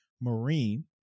Marine